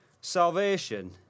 salvation